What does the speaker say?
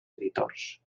editors